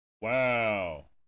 Wow